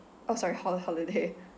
oh sorry holi~ holiday